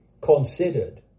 considered